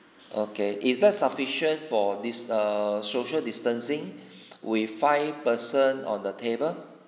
okay is that sufficient for this err social distancing with five person on the table